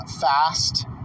fast